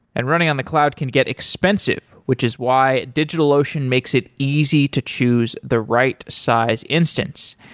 and running on the cloud can get expensive, which is why digitalocean makes it easy to choose the right size instance.